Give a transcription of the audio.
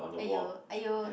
!aiyo! !aiyo!